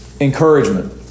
encouragement